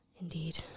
indeed